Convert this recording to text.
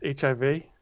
HIV